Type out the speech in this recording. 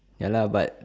ya lah but